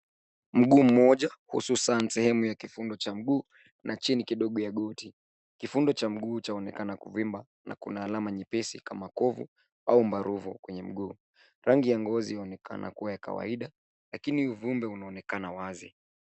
Mguu mmoja, hususan sehemu ya kivundo cha mguu na chini kidogo ya goti. Kifundo cha mguu chaonekana kuvimba na kuna alama nyepesi kama kovu au maruvu kwenye mguu. Rangi ya ngozi yaonekana kuwa kawaida lakini uvimbe unaonekana wazi.